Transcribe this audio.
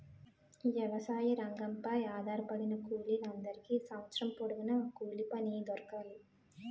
వ్యవసాయ రంగంపై ఆధారపడిన కూలీల అందరికీ సంవత్సరం పొడుగున కూలిపని దొరకాలి